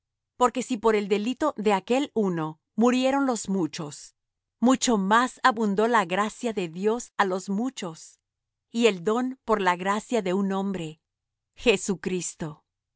porque si por el delito de aquel uno murieron los muchos mucho más abundó la gracia de dios á los muchos y el don por la gracia de un hombre jesucristo